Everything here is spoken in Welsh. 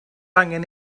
angen